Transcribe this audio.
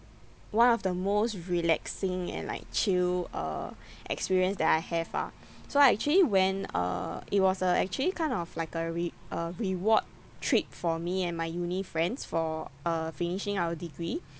one of the most relaxing and like chill uh experience that I have ah so I actually went uh it was a actually kind of like a re~ a reward trip for me and my uni friends for uh finishing our degree